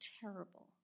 terrible